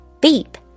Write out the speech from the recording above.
Beep